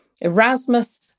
Erasmus